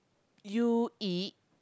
you eat